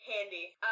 handy